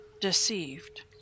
deceived